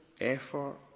effort